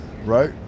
right